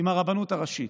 עם הרבנות הראשית?